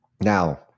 Now